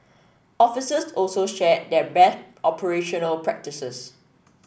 officers also shared their best operational practices